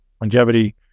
Longevity